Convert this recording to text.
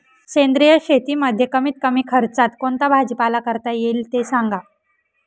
सेंद्रिय शेतीमध्ये कमीत कमी खर्चात कोणता भाजीपाला करता येईल ते सांगा